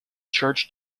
church